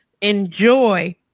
enjoy